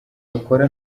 wakora